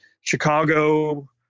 chicago